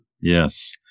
Yes